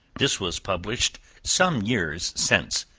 this was published some years since,